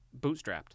bootstrapped